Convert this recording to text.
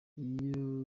iyo